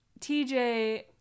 TJ